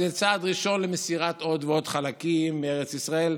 זה יהיה צעד ראשון למסירת עוד ועוד חלקים מארץ ישראל,